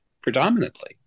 predominantly